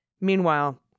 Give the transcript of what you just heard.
Meanwhile